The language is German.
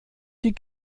die